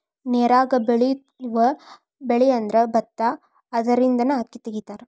ನೇರಾಗ ಬೆಳಿಯುವ ಬೆಳಿಅಂದ್ರ ಬತ್ತಾ ಅದರಿಂದನ ಅಕ್ಕಿ ತಗಿತಾರ